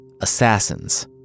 Assassins